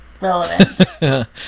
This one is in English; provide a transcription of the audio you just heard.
relevant